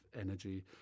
energy